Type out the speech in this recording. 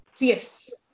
Yes